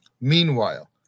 Meanwhile